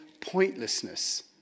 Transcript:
pointlessness